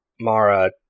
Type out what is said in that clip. Mara